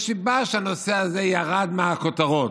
יש סיבה לזה שהנושא הזה ירד מהכותרות.